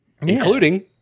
including